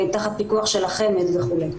תחת פיקוח של החמ"ד וכו'.